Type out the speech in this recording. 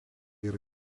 yra